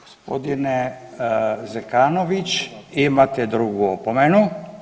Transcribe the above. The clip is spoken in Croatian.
Gospodine Zekanović vi imate drugu opomenu.